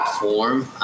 form